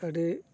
ᱟᱹᱰᱤ